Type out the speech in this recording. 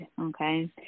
okay